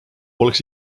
poleks